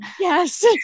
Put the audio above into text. Yes